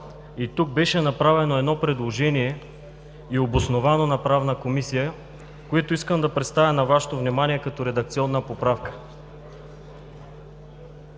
И тук беше направено едно предложение – и е обосновано – на Правна комисия, което искам да представя на Вашето внимание като редакционна поправка.